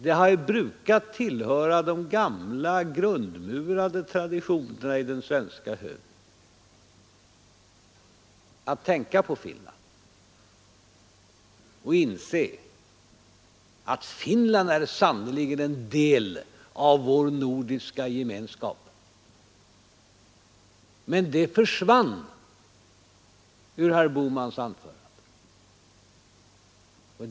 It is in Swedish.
Det brukar tillhöra de gamla grundmurade traditionerna i den svenska högern att tänka på Finland och inse att Finland sannerligen är en del av vår nordiska gemenskap. Men detta försvann ur herr Bohmans anförande.